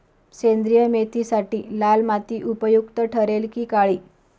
सेंद्रिय मेथीसाठी लाल माती उपयुक्त ठरेल कि काळी?